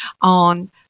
on